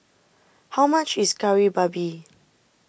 how much is Kari Babi